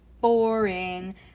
Boring